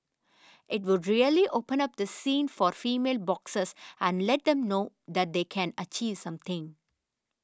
it would really open up the scene for female boxers and let them know that they can achieve something